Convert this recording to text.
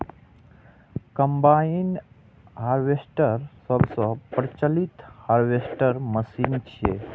combine harvester सबसं प्रचलित harvester machine छियै